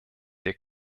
der